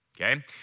okay